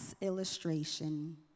illustration